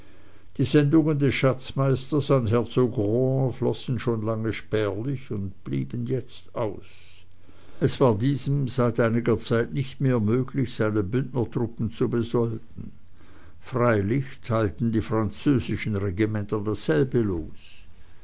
die sendungen des schatzmeisters an herzog rohan flossen schon lange spärlich und blieben jetzt aus es war diesem seit einiger zeit nicht mehr möglich seine bündnertruppen zu besolden freilich teilten die französischen regimenter dasselbe los